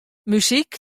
muzyk